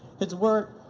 his work